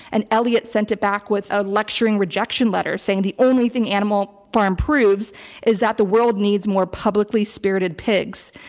and eliot sent it back with a lecturing rejection letter saying the only thing animal farm proves is that the world needs more publicly spirited pigs.